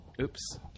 Oops